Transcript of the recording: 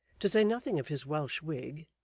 to say nothing of his welsh wig,